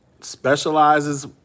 specializes